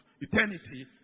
eternity